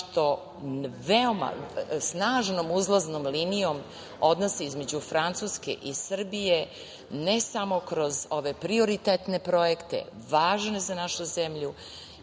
što veoma snažnom uzlaznom linijom odnosi između Francuske i Srbije, ne samo kroz ove prioritetne projekte, važne za našu zemlju,